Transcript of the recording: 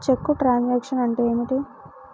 చెక్కు truncation అంటే ఏమిటి?